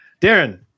Darren